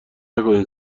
نکنیم